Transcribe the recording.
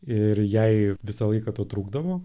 ir jai visą laiką to trūkdavo